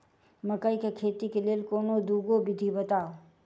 मकई केँ खेती केँ लेल कोनो दुगो विधि बताऊ?